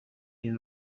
این